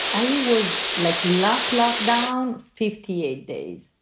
i was like lock, lock down fifty eight days.